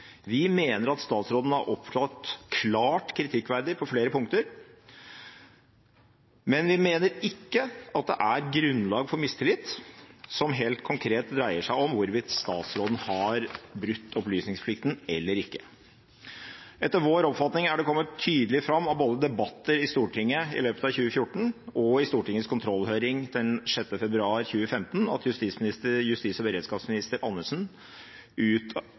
Vi mener at statsråden har opptrådt klart kritikkverdig på flere punkter, men vi mener ikke at det er grunnlag for mistillit, som helt konkret dreier seg om hvorvidt statsråden har brutt opplysningsplikten eller ikke. Etter vår oppfatning er det kommet tydelig fram av både debatter i Stortinget i løpet av 2014 og i Stortingets kontrollhøring den 6. februar 2015 at justis- og beredskapsminister